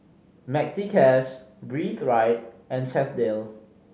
Maxi Cash Breathe Right and Chesdale